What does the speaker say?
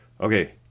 Okay